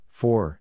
four